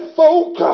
folk